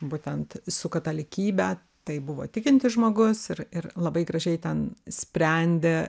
būtent su katalikybe tai buvo tikintis žmogus ir ir labai gražiai ten sprendė